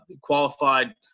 qualified